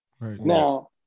Now